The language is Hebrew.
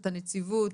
את הנציבות,